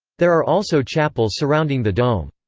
there are also chapels surrounding the dome.